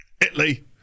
Italy